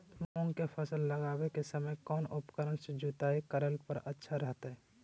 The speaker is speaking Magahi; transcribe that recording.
मूंग के फसल लगावे के समय कौन उपकरण से जुताई करला पर अच्छा रहतय?